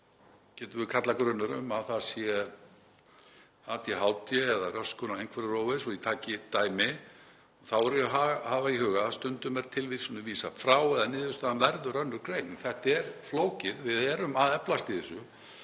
getum við kallað, grunur um að það sé ADHD eða röskun á einhverfurófi, svo ég taki dæmi og þá þarf að hafa í huga að stundum er tilvísunum vísað frá eða niðurstaðan verður önnur greining. Þetta er flókið. Við erum að eflast í þessu.